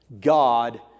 God